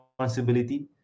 responsibility